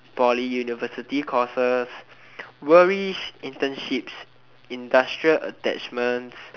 poly university courses worries internship industrial attachment